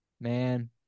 Man